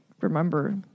remember